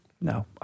No